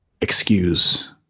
excuse